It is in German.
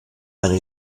eine